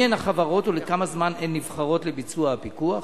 2. מי הן החברות ולכמה זמן הן נבחרות לביצוע הפיקוח?